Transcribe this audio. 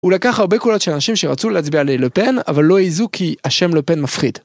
הוא לקח הרבה קולות של אנשים שרצו להצביע ללה פן אבל לא עזו כי השם לה פן מפחיד.